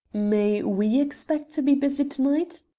may we expect to be busy to-night?